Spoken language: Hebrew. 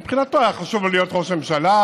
מבחינתו, היה חשוב לו להיות ראש הממשלה,